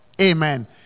Amen